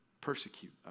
persecute